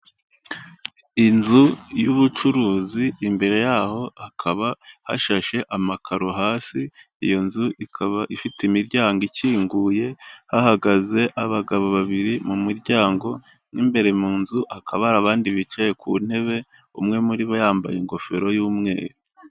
Inzu y'ubucuruzi imbere yaho hakaba hashashe amakaro hasi, iyo nzu ikaba ifite imiryango ikinguye hahagaze abagabo babiri mu muryango n'imbere mu nzu hakaba hari abandi bicaye ku ntebe umwe muri bo yambaye ingofero y'umweru.